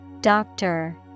Doctor